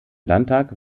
landtag